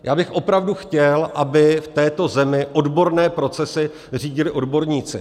Já bych opravdu chtěl, aby v této zemi odborné procesy řídili odborníci.